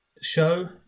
show